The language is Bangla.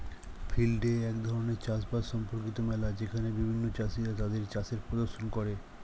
ফিল্ড ডে এক ধরণের চাষ বাস সম্পর্কিত মেলা যেখানে বিভিন্ন চাষীরা তাদের চাষের প্রদর্শন করে